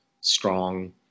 strong